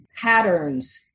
patterns